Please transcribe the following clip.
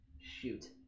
shoot